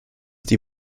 die